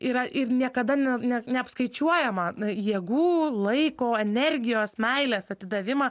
yra ir niekada ne ne neapskaičiuojamą jėgų laiko energijos meilės atidavimą